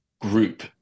group